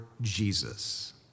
Jesus